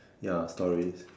ya stories